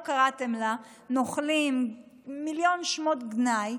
איך לא קראתם לה, "נוכלים", מיליון שמות גנאי,